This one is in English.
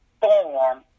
form